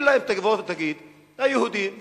אם תבוא ותגיד: היהודים שירתו,